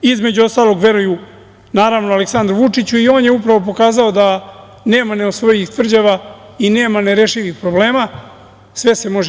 Između ostalog, veruju, naravno, Aleksandru Vučiću i on je upravo pokazao da nema neosvojivih tvrđava i nema nerešivih problema, sve se može